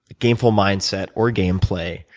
gameful mindset or gameplay?